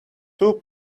two